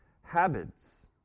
habits